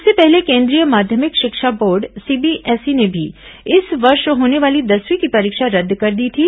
इससे पहले केंद्रीय माध्यमिक शिक्षा बोर्ड सी बीएसई ने भी इस वर्ष होने वाली दसवीं की परीक्षा रद्द कर दी थी